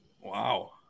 Wow